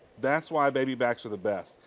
that's why baby backs are the rest.